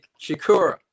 Shakura